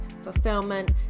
fulfillment